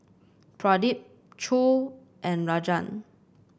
Pradip Choor and Rajan